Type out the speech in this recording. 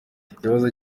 ikibazo